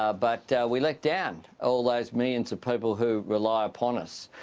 ah but we let down all those millions of people who rely upon us.